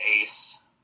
Ace